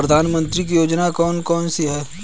प्रधानमंत्री की योजनाएं कौन कौन सी हैं?